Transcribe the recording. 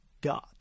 God